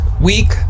week